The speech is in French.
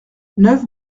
neuf